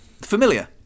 familiar